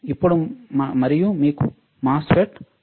ఇప్పుడు మరియు మీకు MOSFET ఉంది